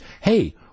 hey